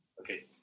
Okay